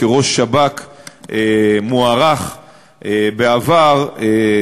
כראש שכ"ב מוערך בעבר,